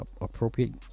appropriate